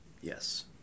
Yes